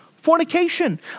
fornication